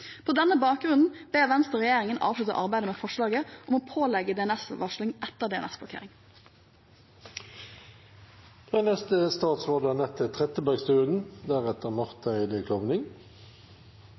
På denne bakgrunnen ber Venstre regjeringen avslutte arbeidet med forslaget om å pålegge DNS-varsling etter DNS-blokkering. Pengespill er